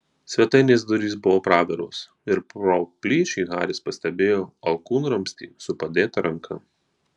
svetainės durys buvo praviros ir pro plyšį haris pastebėjo alkūnramstį su padėta ranka